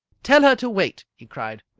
tell her to wait! he cried.